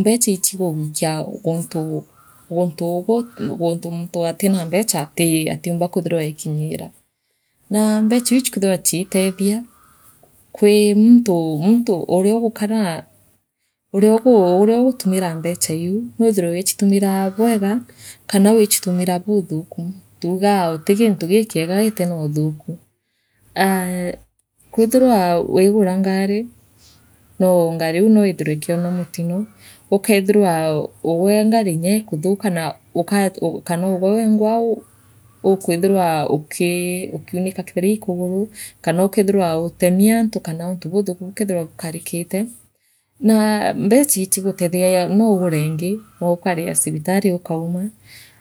mbecha ichigugwikia guntu guntu ugwe guntu muntu atira mbecha atiumba kwithirwa eekirya naa mbecha iu ichikwithirwa chitethia kwi muntu muntu u uriogukaraa oriouga uriogutumira mbecha iu noowithirwe wiichitumira bweega kaana wiichitumira buuthiuku tugaa uti gintu gikingaa gitira uthuku aa kwithirwa wiigara nou ngari ngariu ou noithire ikiona mutiro uukethirwa u ugwe ngari inyoe kuthuka na ukathithe kana ugwe wengwa u ukwithirwa ukii ukiiunika keethira ii kuguru kana ukeethirwa utemi antu kara untu buuthuku buukethirwa bukarikithe naa mbecha ichigatethagia nougure ingi nooukaria chibitari ukauma.